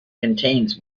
contains